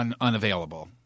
unavailable